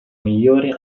migliore